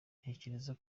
ntekereza